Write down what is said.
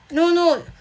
no no